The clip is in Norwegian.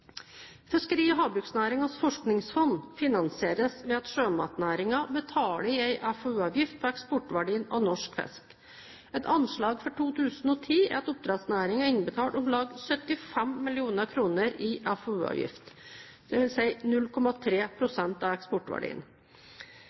Fiskeri- og havbruksnæringens forskningsfond finansieres ved at sjømatnæringen betaler en FoU-avgift på eksportverdien av norsk fisk. Et anslag for 2010 er at oppdrettsnæringen har innbetalt om lag 75 mill. kr i FoU-avgift, dvs. 0,3 pst. av eksportverdien.